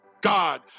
God